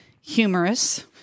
humorous